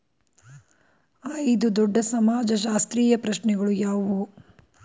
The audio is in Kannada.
ಐದು ದೊಡ್ಡ ಸಮಾಜಶಾಸ್ತ್ರೀಯ ಪ್ರಶ್ನೆಗಳು ಯಾವುವು?